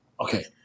Okay